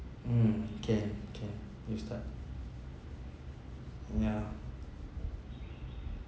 mm can can we start yeah